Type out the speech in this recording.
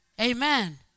Amen